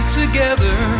together